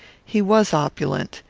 he was opulent,